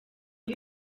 aho